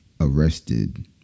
arrested